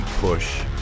push